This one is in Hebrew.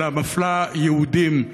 אלא מפלה יהודים,